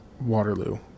Waterloo